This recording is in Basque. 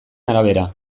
arabera